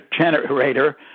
generator